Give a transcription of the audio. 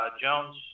Jones